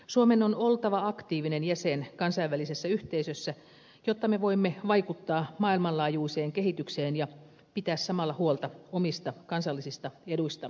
suomen on oltava aktiivinen jäsen kansainvälisessä yhteisössä jotta me voimme vaikuttaa maailmanlaajuiseen kehitykseen ja pitää samalla huolta omista kansallisista eduistamme